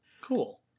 Cool